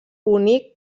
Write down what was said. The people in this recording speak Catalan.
únic